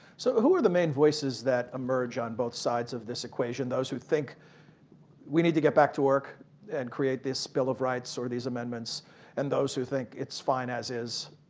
so who are the main voices that emerge on both sides of this equation, those who think we need to get back to work and create this bill of rights or these amendments and those who think it's fine as is?